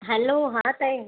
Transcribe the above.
hello हा ताई